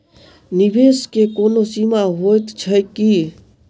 निवेश केँ कोनो सीमा होइत छैक की?